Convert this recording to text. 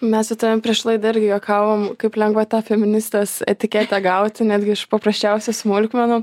mes su tavim prieš laidą irgi juokavom kaip lengva tą feministės etiketę gauti netgi iš paprasčiausių smulkmenų